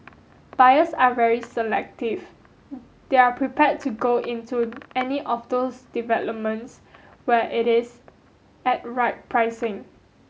buyers are very selective they are prepare to go into any of those developments where it is at right pricing